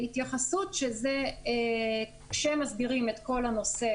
התייחסות, שזה כשמסדירים את כל הנושא